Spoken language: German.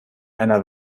einer